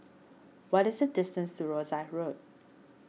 what is the distance to Rosyth Road